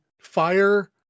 fire